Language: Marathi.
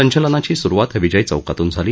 संचलनाची सुरुवात विजय चौकातून झाली